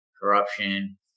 corruption